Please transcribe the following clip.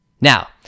Now